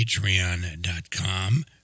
patreon.com